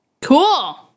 Cool